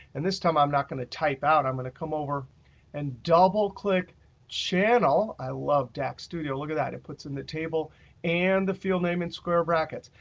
and this time i'm not going to type out, i'm going to come over and double-click channel i love dax studio, look at that. it puts in the table and the field name in square brackets.